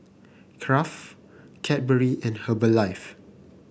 Nkraft Cadbury and Herbalife